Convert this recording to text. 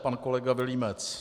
Pan kolega Vilímec.